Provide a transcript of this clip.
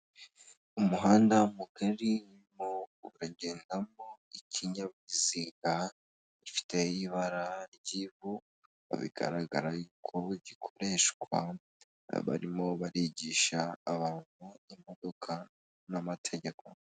Umuhanda mugari uragendamo ikinyabiziga gifite ibara ry'ivu bigaragara ko gikoreshwa n'abarimo barigisha abantu imodoka n'amategeko.